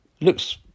looks